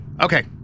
okay